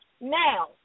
now